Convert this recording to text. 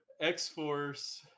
X-Force